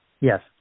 Yes